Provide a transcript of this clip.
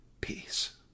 peace